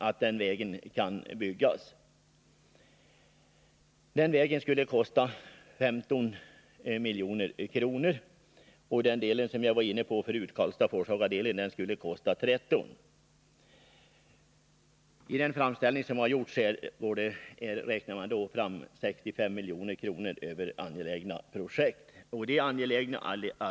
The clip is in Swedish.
Det skulle kosta 15 milj.kr. att bygga den här vägen, och Karlstad-Forshaga-delen skulle, som jag var inne på förut, kosta 13 milj.kr. I den framställning som gjorts har man beräknat kostnaden för angelägna projekt till 65 milj.kr. Jag vill framhålla att samtliga dessa projekt är mycket angelägna.